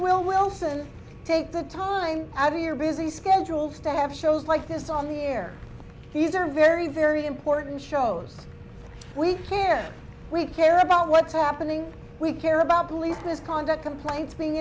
will wilson take the time out of your busy schedules to have shows like this on the air these are very very important shows we care we care about what's happening we care about police misconduct complaints being